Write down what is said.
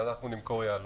אנחנו נמכור יהלומים.